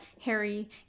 Harry